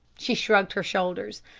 she shrugged her shoulders,